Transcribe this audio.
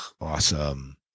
Awesome